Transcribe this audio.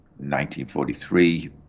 1943